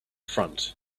front